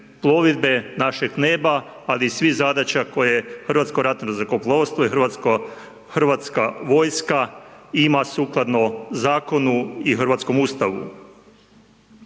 plovidbe, našeg neba ali i svih zadaća koje Hrvatsko ratno zrakoplovstvo i Hrvatska vojska ima sukladno zakonu i hrvatskom Ustavu.